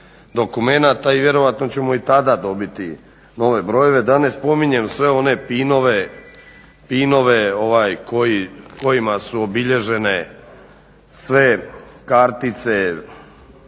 i vjerojatno ćemo tada dobiti i nove brojeve. Da ne spominjem sve one pinove kojima su obilježene sve kartice